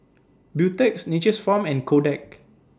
Beautex Nature's Farm and Kodak